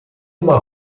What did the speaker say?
uma